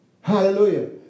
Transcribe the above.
Hallelujah